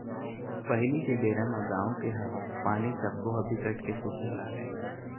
पहिली के बेरा म गाँव के हवा, पानी सबो ह बिकट के सुद्ध लागय